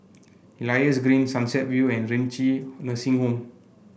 Elias Green Sunset View and Renci Nursing Home